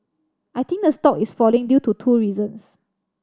I think the stock is falling due to two reasons